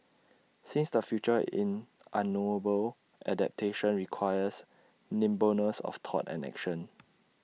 since the future in unknowable adaptation requires nimbleness of thought and action